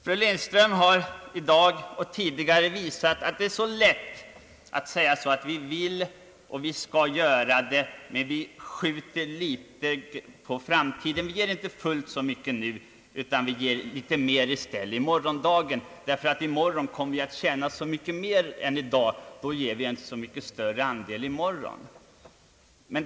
Fru Lindström har i dag och tidigare visat att det är mycket lätt att säga att vi vill och skall göra detta, men vi skjuter det litet på framtiden, Vi ger inte fullt så mycket nu, utan vi ger i stället litet mer i morgon. Då kommer vi nämligen att tjäna mycket mer än i dag.